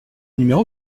numéro